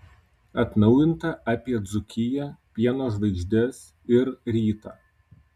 atnaujinta apie dzūkiją pieno žvaigždes ir rytą